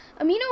amino